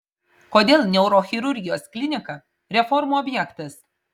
kodėl neurochirurgijos klinika reformų objektas